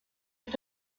mit